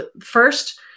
first